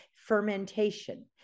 fermentation